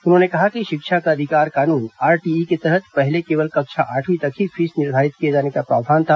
उन्होंने कहा कि शिक्षा का अधिकार कानून आरटीई के तहत पहले केवल कक्षा आठवीं तक ही फीस निर्धारित किए जाने का प्रावधान था